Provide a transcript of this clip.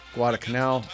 Guadalcanal